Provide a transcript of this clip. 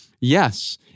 yes